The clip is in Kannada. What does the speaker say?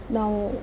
ನಾವು